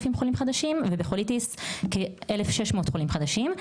חולים חדשים ובקוליטיס כ-1,600 חולים חדשים.